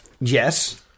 Yes